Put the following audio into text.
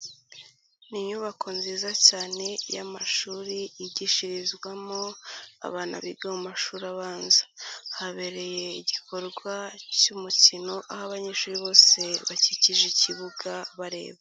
Ni inyubako nziza cyane y'amashuri yigishirizwamo abana biga mu mashuri abanza habereye igikorwa cy'umukino aho abanyeshuri bose bakikije ikibuga bareba.